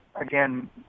again